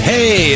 Hey